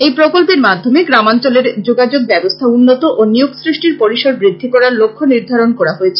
এই প্রকল্পের মাধ্যমে গ্রামাঞ্চলের যোগাযোগ ব্যবস্থা উন্নত ও নিয়োগ সৃষ্টির পরিসর বৃদ্ধি করার লক্ষ্য নির্ধারণ করা হয়েছে